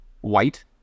white